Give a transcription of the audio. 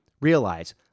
Realize